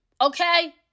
Okay